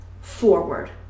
forward